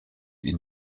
ihn